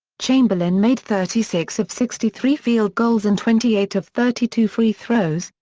chamberlain made thirty six of sixty three field-goals and twenty eight of thirty two free throws,